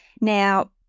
Now